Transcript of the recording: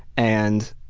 and